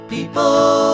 People